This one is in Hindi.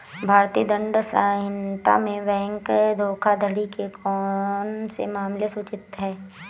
भारतीय दंड संहिता में बैंक धोखाधड़ी के कौन से मामले सूचित हैं?